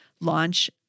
launch